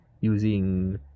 using